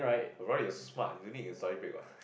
but brother you're smart you don't need your study break what